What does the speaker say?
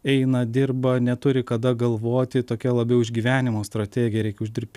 eina dirba neturi kada galvoti tokia labiau išgyvenimo strategija reikia uždirbti